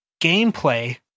gameplay